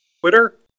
Twitter